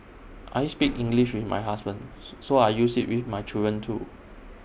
I speak English with my husband so I use IT with my children too